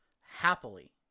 happily